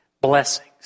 blessings